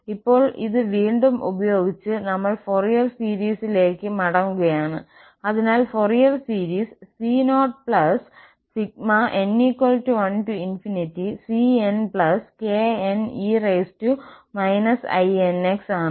ഇപ്പോൾ ഇത് വീണ്ടും ഉപയോഗിച്ച് നമ്മൾ ഫോറിയർ സീരീസിലേക്ക് മടങ്ങുകയാണ് അതിനാൽ ഫോറിയർ സീരീസ് c0n1cnkne inx ആണ്